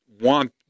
want